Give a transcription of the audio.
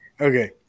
Okay